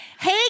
hey